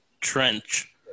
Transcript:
trench